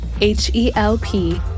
H-E-L-P